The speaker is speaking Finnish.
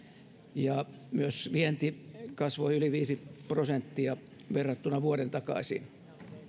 myös vienti kasvoi yli viisi prosenttia verrattuna vuoden takaiseen